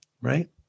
Right